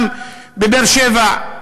גם בבאר-שבע.